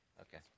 okay